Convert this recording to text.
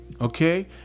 okay